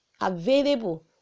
available